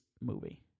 movie